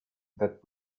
that